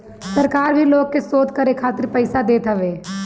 सरकार भी लोग के शोध करे खातिर पईसा देत हवे